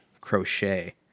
crochet